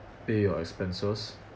pay your expenses